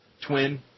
Twin